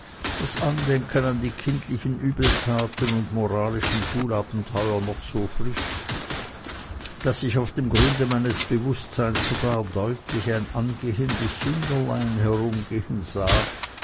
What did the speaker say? das andenken an die kindlichen übeltaten und moralischen schulabenteuer noch so frisch daß ich auf dem grunde meines bewußtseins sogar deutlich ein angehendes sünderlein herumgehen sah